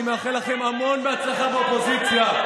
אני מאחל לכם המון הצלחה באופוזיציה.